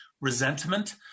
resentment